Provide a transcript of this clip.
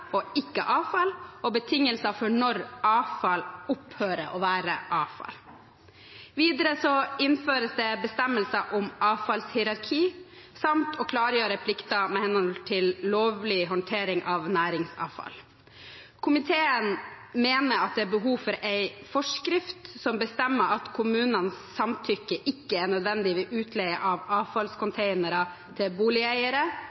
og ikke avfall, og betingelser for når avfall opphører å være avfall. Videre innføres det bestemmelser om avfallshierarki samt å klargjøre plikter med hensyn til lovlig håndtering av næringsavfall. Komiteen mener at det er behov for en forskrift som bestemmer at kommunens samtykke ikke er nødvendig ved utleie av